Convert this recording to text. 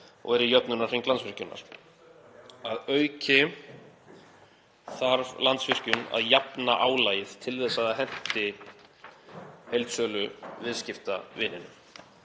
og er í jöfnunarhring Landsvirkjunar. Að auki þarf Landsvirkjun að jafna álagið til þess að það henti heildsöluviðskiptavininum.“